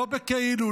לא בכאילו,